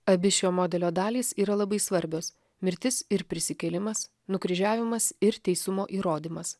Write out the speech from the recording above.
abi šio modelio dalys yra labai svarbios mirtis ir prisikėlimas nukryžiavimas ir teisumo įrodymas